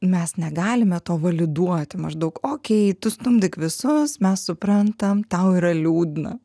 mes negalime to validuoti maždaug okei tu stumdyk visus mes suprantam tau yra liūdna